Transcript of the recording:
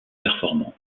performants